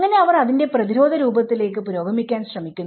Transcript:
അങ്ങനെ അവർ അതിന്റെ പ്രതിരോധ രൂപത്തിലേക്ക് പുരോഗമിക്കാൻ ശ്രമിക്കുന്നു